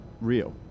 real